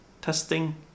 testing